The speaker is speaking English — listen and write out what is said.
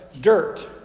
dirt